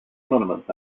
tournaments